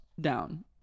Down